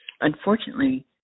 unfortunately